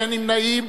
באין נמנעים,